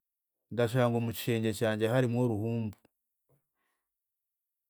Ndashanga omukishengye kyangye harimu oruhumbu.